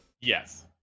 Yes